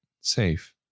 safe